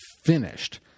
finished